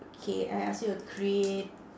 okay I ask you a crea~